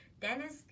Dennis